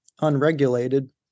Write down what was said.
unregulated